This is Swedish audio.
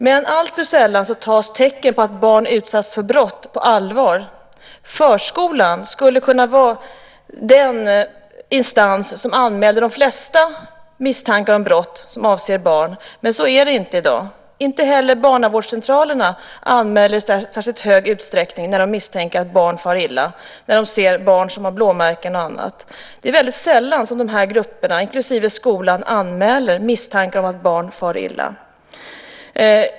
Men alltför sällan tas tecken på att barn utsatts för brott på allvar. Förskolan skulle kunna vara den instans som anmäler de flesta misstankar om brott som avser barn. Men så är det inte i dag. Inte heller barnavårdscentralerna anmäler i särskilt stor utsträckning när de misstänker att barn far illa, när de ser barn som har blåmärken och annat. Det är väldigt sällan som de här grupperna, inklusive skolan, anmäler misstankar om att barn far illa.